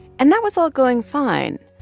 and that was all going fine,